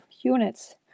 units